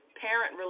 parent